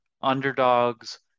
underdogs